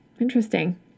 Interesting